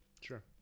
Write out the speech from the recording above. Sure